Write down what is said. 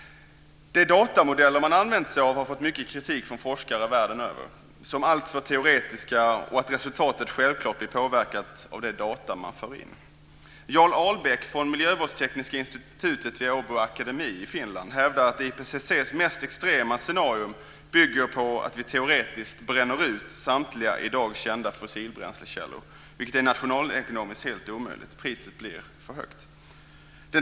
De datamodeller som man har använt sig av har fått mycket kritik från forskare världen över. Man har sagt att de är alltför teoretiska och att resultatet självklart blir påverkat av de data man för in. Jarl Ahlbeck vid miljövårdstekniska institutet vid Åbo akademi i Finland hävdar att IPCC:s mest extrema scenario bygger på att vi teoretiskt bränner ut samtliga i dag kända fossilbränslekällor, vilket är nationalekonomiskt helt omöjligt. Priset blir för högt.